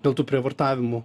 dėl tų prievartavimų